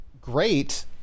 great